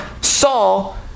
Saul